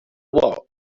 what